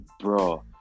bro